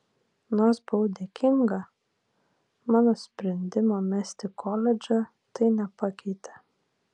nors buvau dėkinga mano sprendimo mesti koledžą tai nepakeitė